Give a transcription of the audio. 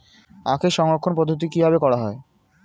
আখের সংরক্ষণ পদ্ধতি কিভাবে করা হয়?